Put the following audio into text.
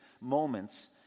moments